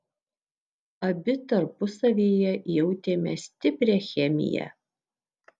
abi tarpusavyje jautėme stiprią chemiją